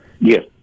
Yes